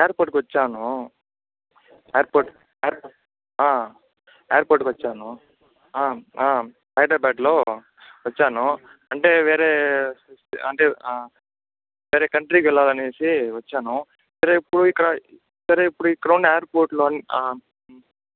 air పోర్ట్కి వచ్చాను air port air పోర్ట్కి వచ్చాను హైదరాబాద్లో వచ్చాను అంటే వేరే అంటే వేరే కంట్రీకి వెళ్ళాలి అనేసి వచ్చాను సరే ఇప్పుడు ఇక్కడ సరే ఇప్పుడు ఇక్కడ ఉన్న ఎయిర్ పోర్ట్లో